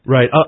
Right